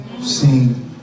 seen